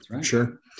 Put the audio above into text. sure